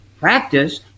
practice